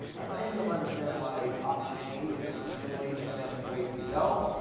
and then you'll understand why option a is generally the best way to go.